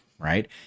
Right